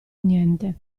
niente